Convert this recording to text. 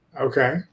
okay